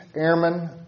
Airmen